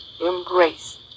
embrace